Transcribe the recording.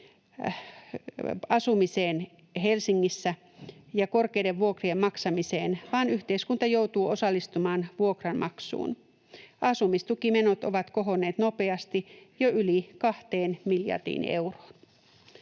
asumiseen Helsingissä ja korkeiden vuokrien maksamiseen, vaan yhteiskunta joutuu osallistumaan vuokranmaksuun. Asumistukimenot ovat kohonneet nopeasti jo yli 2 miljardiin euroon.